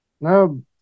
No